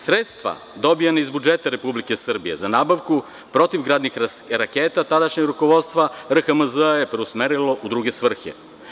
Sredstva dobijena iz budžeta Republike Srbije za nabavku protivgradnih raketa tadašnje rukovodstvo RHMZ-a je preusmerilo u druge svrhe.